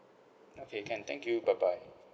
okay can thank you bye bye